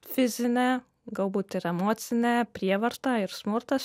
fizinė galbūt ir emocinė prievarta ir smurtas